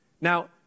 Now